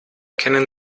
kennen